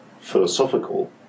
philosophical